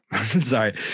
sorry